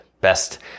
best